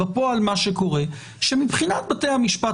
בפועל מה שקורה זה שמבחינת בתי המשפט